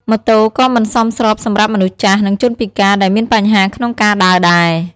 ម៉ូតូក៏មិនសមស្របសម្រាប់មនុស្សចាស់ និងជនពិការដែលមានបញ្ហាក្នុងការដើរដែរ។